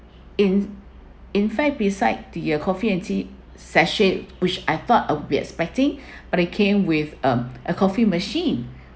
in in fact beside the coffee and tea sachet which I thought of we expecting but it came with a a coffee machine